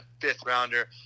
fifth-rounder